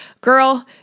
Girl